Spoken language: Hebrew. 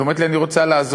היא אומרת לי: אני רוצה לעזוב.